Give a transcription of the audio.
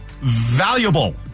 valuable